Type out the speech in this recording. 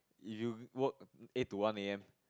if you work eight to one A_M